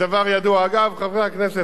חברי הכנסת מהסיעות הערביות,